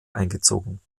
eingezogen